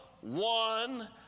one